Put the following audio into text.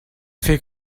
fer